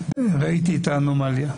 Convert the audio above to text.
ראיתי את האנומליה.